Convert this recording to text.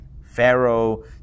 Pharaoh